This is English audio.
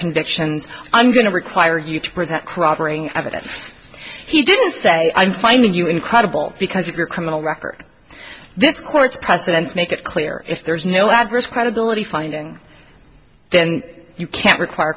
convictions i'm going to require you to present cropper evidence he didn't say i'm finding you incredible because of your criminal record this court's precedents make it clear if there is no adverse credibility finding then you can't require